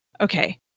Okay